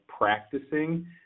practicing